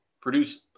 produce